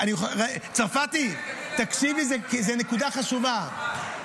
צרפתי, תקשיבי, זו נקודה חשובה.